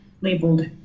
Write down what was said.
labeled